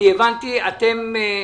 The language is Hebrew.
אני הבנתי, אתם,